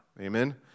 Amen